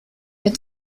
wird